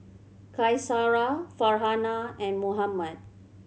Qaisara Farhanah and Muhammad